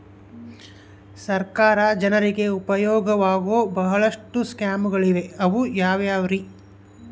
ಸರ್ಕಾರ ಜನರಿಗೆ ಉಪಯೋಗವಾಗೋ ಬಹಳಷ್ಟು ಸ್ಕೇಮುಗಳಿವೆ ಅವು ಯಾವ್ಯಾವ್ರಿ?